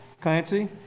Clancy